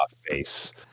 face